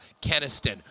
Keniston